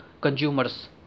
consumers